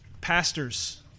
pastors